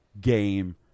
game